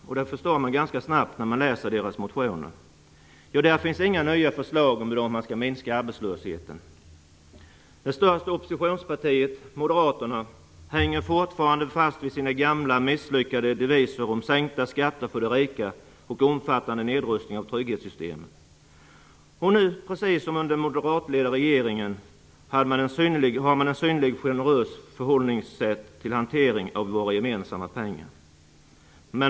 Det förstår man ganska snabbt när man läser deras motioner. Där finns inga nya förslag om hur man skall minska arbetslösheten. Det största oppositionspartiet, Moderaterna, hänger fortfarande fast vid sina gamla misslyckade deviser om sänkta skatter för de rika och omfattande nedrustning av trygghetssystemen. Och precis som under den moderatledda regeringens tid har man nu ett synnerligen generöst förhållningssätt till hanteringen av våra gemensamma pengar.